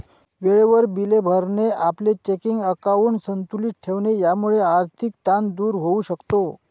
वेळेवर बिले भरणे, आपले चेकिंग अकाउंट संतुलित ठेवणे यामुळे आर्थिक ताण दूर होऊ शकतो